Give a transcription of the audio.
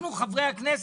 אנחנו חברי הכנסת,